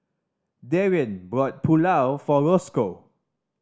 Darrien brought Pulao for Rosco